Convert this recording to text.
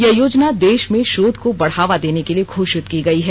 यह योजना देश में शोध को बढ़ावा देने के लिए घोषित की गई है